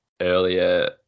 earlier